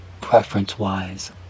preference-wise